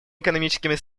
экономическими